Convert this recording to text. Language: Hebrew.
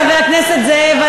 חבר הכנסת זאב,